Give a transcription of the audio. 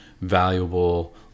valuable